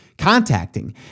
Contacting